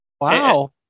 Wow